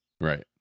Right